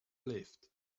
lived